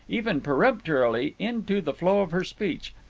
even peremptorily, into the flow of her speech.